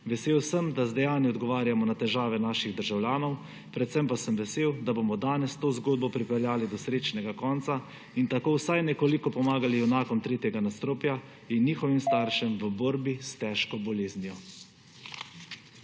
Vesel sem, da z dejanji odgovarjamo na težave naših državljanov, predvsem pa sem vesel, da bomo danes to zgodbo pripeljali do srečnega konca in tako vsaj nekoliko pomagali junakom 3. nadstropja in njihovim staršem v borbi s težko boleznijo.